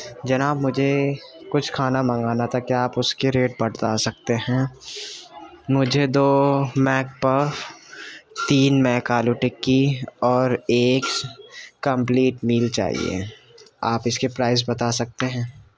جناب مجھے کچھ کھانا منگانا تھا کیا آپ اس کے ریٹ بتا سکتے ہیں مجھے دو میک پا تین میک آلو ٹکّی اور ایک کمپلیٹ نیل چاہیے آپ اس کے پرائس بتا سکتے ہیں